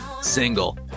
single